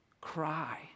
cry